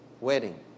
wedding